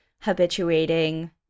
habituating